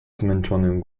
zmęczonym